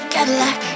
Cadillac